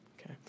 Okay